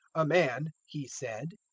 a man, he said,